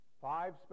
five